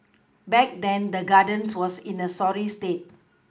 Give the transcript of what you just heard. back then the Gardens was in a sorry state